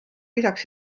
lisaks